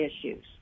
issues